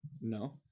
No